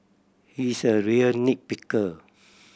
he's a real nit picker